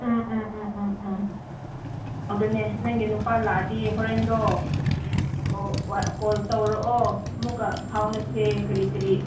ꯎꯃ ꯎꯝ ꯎꯝ ꯎꯝ ꯎꯝ ꯑꯗꯨꯅꯦ ꯅꯪꯒꯤ ꯅꯨꯄꯥ ꯂꯥꯛꯑꯗꯤ ꯍꯣꯔꯦꯟꯗꯣ ꯑꯣ ꯀꯣꯜ ꯇꯧꯔꯛꯑꯣ ꯑꯃꯨꯛꯀ ꯐꯥꯎꯅꯁꯦ ꯀꯔꯤ ꯀꯔꯤ